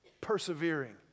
persevering